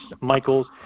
Michaels